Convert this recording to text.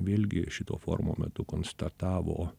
vėlgi šito forumo metu konstatavo